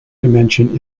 dimension